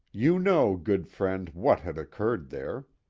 you know, good friend, what had occurred there.